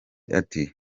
ati